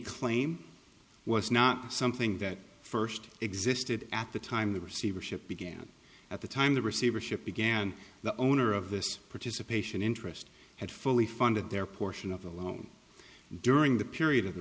claim was not something that first existed at the time the receivership began at the time the receivership began the owner of this participation interest had fully funded their portion of the loan during the period of the